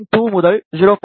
2 முதல் 0